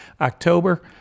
october